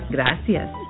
Gracias